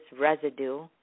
residue